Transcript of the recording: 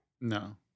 No